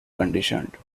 conditioned